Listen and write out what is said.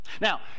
Now